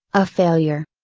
a failure!